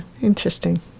interesting